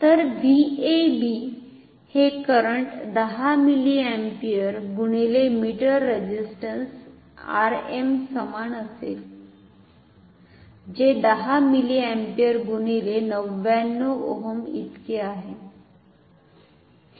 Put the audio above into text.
तर VAB हे current 10 milliampere गुणिले मीटर रेझिस्टंस R m समान असेल जे 10 मिलीअम्पियर गुणिले 99 ओहम इतके आहे